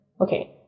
okay